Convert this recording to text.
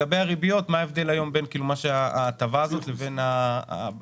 מה ההבדל היום בין ההטבה הזאת לבין הבנק?